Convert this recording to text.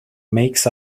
makes